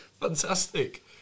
Fantastic